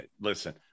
listen